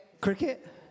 Cricket